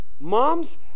Moms